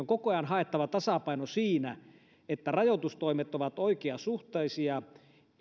koko ajan haettava tasapaino siinä että rajoitustoimet ovat oikeasuhtaisia